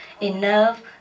enough